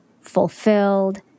fulfilled